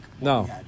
No